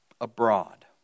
abroad